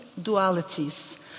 dualities